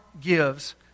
gives